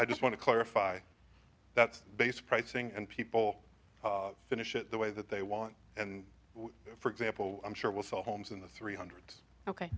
i just want to clarify that's based pricing and people finish it the way that they want and for example i'm sure we'll sell homes in the three hundreds ok